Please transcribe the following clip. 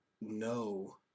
no